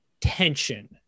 tension